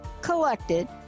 collected